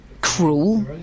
cruel